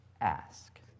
ask